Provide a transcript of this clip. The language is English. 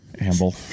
Amble